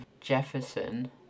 Jefferson